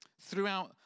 Throughout